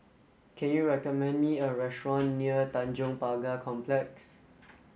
can you recommend me a restaurant near Tanjong Pagar Complex